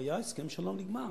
היה הסכם השלום נגמר.